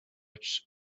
rich